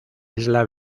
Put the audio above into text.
isla